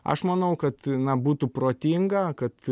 aš manau kad na būtų protinga kad